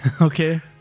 Okay